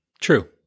True